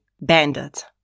Bandit